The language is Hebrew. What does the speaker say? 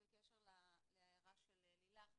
--- בקשר להערה של לילך,